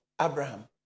Abraham